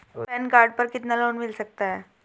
Pan card पर कितना loan मिल सकता है?